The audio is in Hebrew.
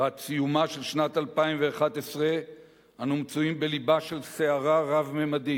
לקראת סיומה של שנת 2011 אנו מצויים בלבה של סערה רב-ממדית,